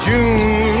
June